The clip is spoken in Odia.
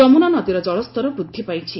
ଯମୁନା ନଦୀର ଜଳସ୍ତର ବୃଦ୍ଧି ପାଇଛି